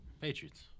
Patriots